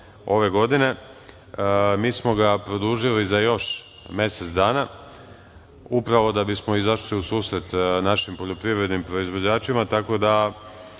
ove godine. Mi smo ga produžili za još mesec dana, a upravo da bismo izašli u susret našim poljoprivrednim proizvođačima, tako da